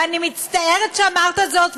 ואני מצטערת שאמרת זאת,